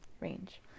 range